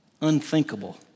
unthinkable